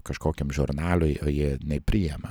kažkokiam žurnalui o jie nepriima